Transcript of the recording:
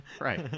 right